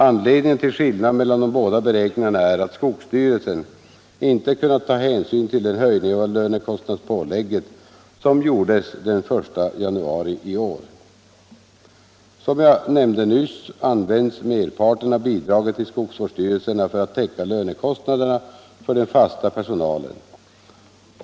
Anledningen till skillnaden mellan de båda beräkningarna är att skogsstyrelsen inte kunnat ta hänsyn till den höjning av lönekostnadspålägget som gjordes den 1 januari i år. Som jag nämnde nyss används merparten av bidraget till skogsvårdsstyrelserna för att täcka lönekostnaderna för den fasta personalen.